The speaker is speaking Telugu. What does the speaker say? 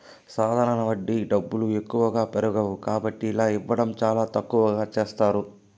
సాధారణ వడ్డీ డబ్బులు ఎక్కువగా పెరగవు కాబట్టి ఇలా ఇవ్వడం చాలా తక్కువగా చేస్తారు